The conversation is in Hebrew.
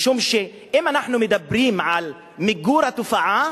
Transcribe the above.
משום שאם אנחנו מדברים על מיגור התופעה,